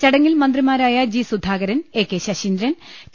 ചടങ്ങിൽ മന്ത്രിമാരായ G Sudhakaran A K Saseendran T